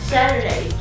Saturday